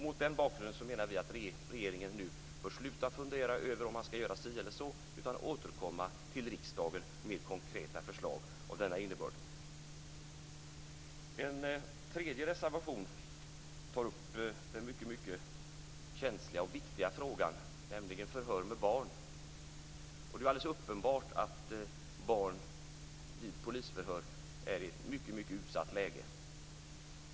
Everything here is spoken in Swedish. Mot den bakgrunden menar vi att regeringen nu bör sluta fundera över om man ska göra si eller så, utan återkomma till riksdagen med konkreta förslag med denna innebörd. En tredje reservation tar upp en mycket känslig och viktig fråga, nämligen förhör med barn. Det är alldeles uppenbart att barn vid polisförhör är i ett mycket utsatt läge.